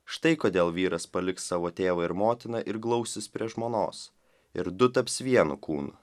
štai kodėl vyras paliks savo tėvą ir motiną ir glausis prie žmonos ir du taps vienu kūnu